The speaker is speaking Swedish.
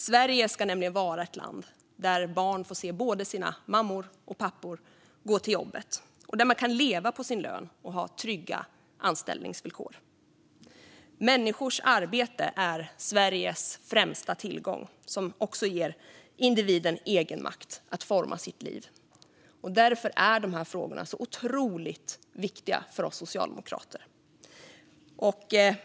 Sverige ska nämligen vara ett land där barn får se både sina mammor och pappor gå till jobbet och där människor kan leva på sin lön och ha trygga anställningsvillkor. Människors arbete är Sveriges främsta tillgång. Det ger också individen egenmakt att forma sitt liv. Därför är de här frågorna otroligt viktiga för oss socialdemokrater.